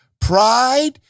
pride